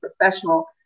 professional